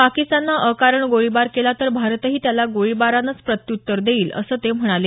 पाकिस्ताननं अकारण गोळीबार केला तर भारतही त्याला गोळीबारानंच प्रत्यूत्तर देईल असं ते म्हणाले